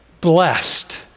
Blessed